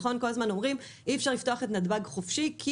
כל הזמן אומרים שאי אפשר לפתוח את נתב"ג חופשי כי